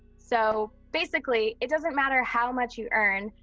so, basically it doesn't matter how much you earn.